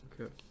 okay